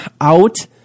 out